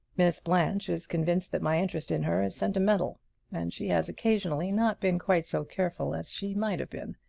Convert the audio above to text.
miss blanche is convinced that my interest in her is sentimental and she has occasionally not been quite so careful as she might have been.